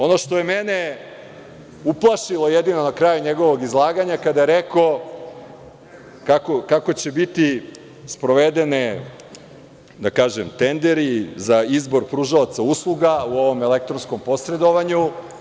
Ono što je mene uplašilo na kraju njegovog izlaganja, kada je rekao kako će biti sprovedeni, da kažem, tenderi za izbor pružaoca usluga u ovom elektronskom posredovanju.